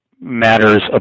matters